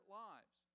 lives